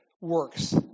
works